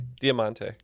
Diamante